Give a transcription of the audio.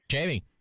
Jamie